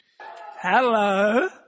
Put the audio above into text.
Hello